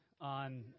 on